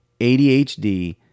ADHD